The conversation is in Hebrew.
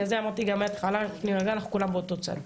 בגלל זה אמרתי לך כבר מההתחלה להירגע כי אנחנו כולם באותו צד.